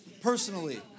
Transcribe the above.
personally